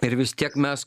ir vis tiek mes